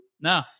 No